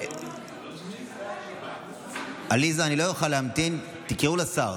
אדוני היושב-ראש, אדוני השר,